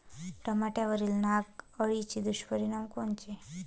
टमाट्यावरील नाग अळीचे दुष्परिणाम कोनचे?